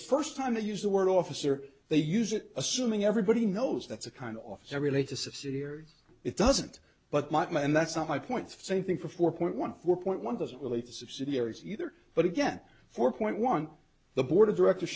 first time to use the word office or they use it assuming everybody knows that's a kind of office or relate a subsidiary it doesn't but might not and that's not my point same thing for four point one four point one doesn't relate to subsidiaries either but again four point one the board of directors